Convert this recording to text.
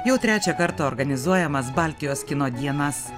jau trečią kartą organizuojamas baltijos kino dienas